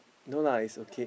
no lah it's okay